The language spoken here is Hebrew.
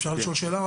אפשר לשאול שאלה?